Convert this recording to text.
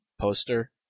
poster